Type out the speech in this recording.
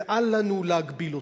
ואל לנו להגביל אותה.